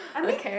I mean